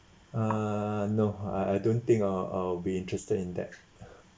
uh no I I don't think I'll I'll be interested in that